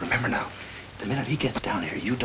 remember now the minute he gets down here you